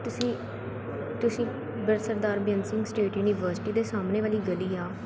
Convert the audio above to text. ਤੁਸੀਂ ਤੁਸੀਂ ਬਰ ਸਰਦਾਰ ਬੇਅੰਤ ਸਿੰਘ ਸਟੇਟ ਯੂਨੀਵਰਸਿਟੀ ਦੇ ਸਾਹਮਣੇ ਵਾਲੀ ਗਲੀ ਆ